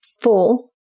Four